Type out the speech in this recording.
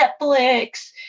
Netflix